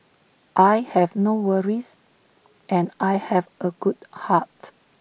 I have no worries and I have A good heart